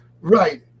Right